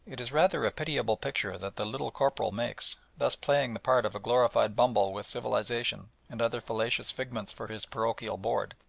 it is rather a pitiable picture that the little corporal makes, thus playing the part of a glorified bumble with civilisation and other fallacious figments for his parochial board,